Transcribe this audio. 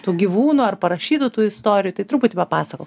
tų gyvūnų ar parašytų tų istorijų tai truputį papasakok